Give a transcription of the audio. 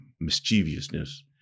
mischievousness